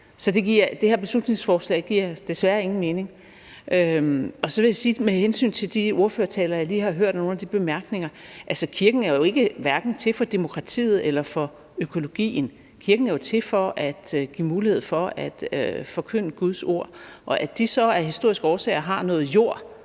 Så det her beslutningsforslag giver desværre ingen mening. Så vil jeg med hensyn til de ordførertaler og de bemærkninger, jeg lige har hørt, sige, at kirken jo hverken er til for demokratiet eller for økologien. Kirken er til for at give mulighed for at forkynde Guds ord. At kirken så af historiske årsager har noget